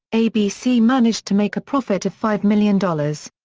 abc managed to make a profit of five million dollars.